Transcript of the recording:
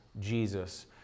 Jesus